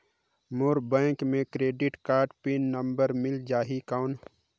मोर bank मे credit card pin number मिल जाहि कौन?